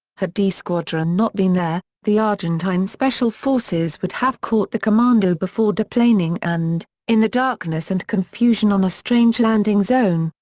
had d squadron not been there, the argentine special forces would have caught the commando before de-planing and, in the darkness and confusion on a strange landing zone,